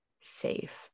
safe